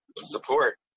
support